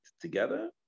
together